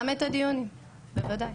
גם את הדיון, בוודאי.